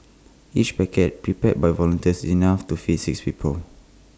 each packet prepared by volunteers is enough to feed six people